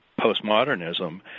postmodernism